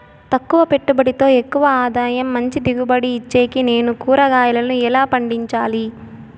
తక్కువ పెట్టుబడితో ఎక్కువగా ఆదాయం మంచి దిగుబడి ఇచ్చేకి నేను కూరగాయలను ఎలా పండించాలి?